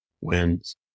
wins